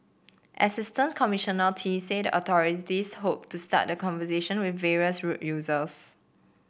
Assistant Commissioner Tee said the authorities hoped to start the conversation with various road users